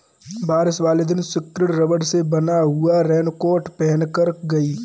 बारिश वाले दिन सुकृति रबड़ से बना हुआ रेनकोट पहनकर गई